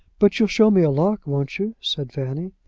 but you'll show me a lock, won't you? said fanny.